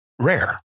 Rare